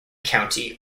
county